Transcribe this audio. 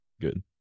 good